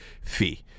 fee